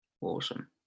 Awesome